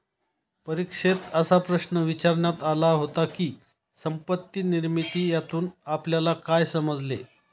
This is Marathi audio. परीक्षेत असा प्रश्न विचारण्यात आला होता की, संपत्ती निर्मिती यातून आपल्याला काय समजले?